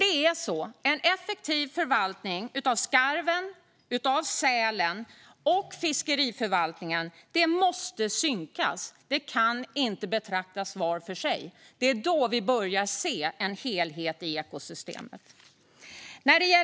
En effektiv förvaltning av skarven och sälen måste synkas med fiskeriförvaltningen, för de kan inte betraktas var för sig. Det är då vi börjar se en helhet i ekosystemet.